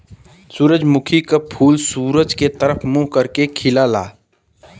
सूरजमुखी क फूल सूरज के तरफ मुंह करके खिलला